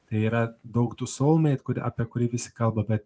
tai yra daug tų sol meit kurį apie kurį visi kalba apie